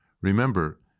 Remember